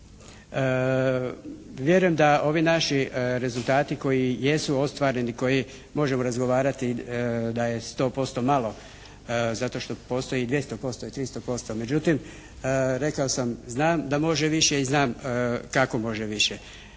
vjerujem da ovi naši rezultati koji jesu ostvareni, koji možemo razgovarati da je 100% malo zato što postoji 200% i 300% međutim rekao sam znam da može više i znam kako može više.